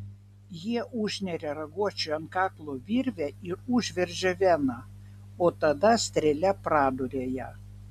jie užneria raguočiui ant kaklo virvę ir užveržia veną o tada strėle praduria ją